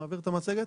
(הצגת מצגת)